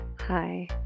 hi